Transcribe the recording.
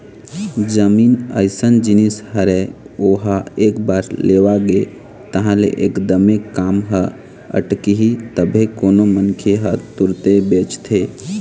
जमीन अइसन जिनिस हरे ओहा एक बार लेवा गे तहाँ ले एकदमे काम ह अटकही तभे कोनो मनखे ह तुरते बेचथे